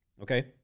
Okay